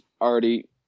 already